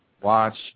Watch